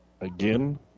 Again